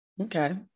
Okay